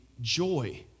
joy